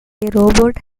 robot